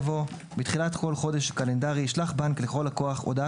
יבוא: "(ד) בתחילת כל חודש קלנדרי ישלח בנק לכל לקוח הודעה